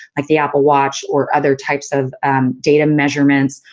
like the apple watch, or other types of data measurements.